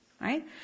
right